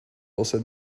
also